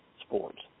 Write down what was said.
sports